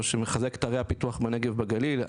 שמחזק את ערי הפיתוח בנגב ובגליל,